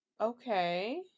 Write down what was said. Okay